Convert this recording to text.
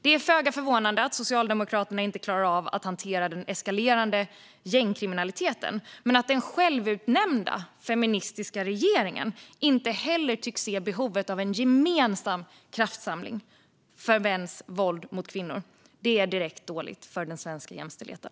Det är föga förvånande att Socialdemokraterna inte klarar av att hantera den eskalerande gängkriminaliteten, men att den självutnämnda feministiska regeringen inte heller tycks se behovet av en gemensam kraftsamling mot mäns våld mot kvinnor är direkt dåligt för den svenska jämställdheten.